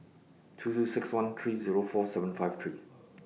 two two six one three Zero four seven five three